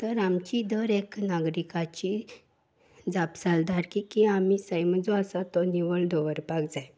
तर आमची दर एक नागरिकाची जापसालदारकी की आमी सैम जो आसा तो निवळ दवरपाक जाय